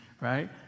right